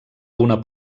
una